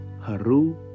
Haru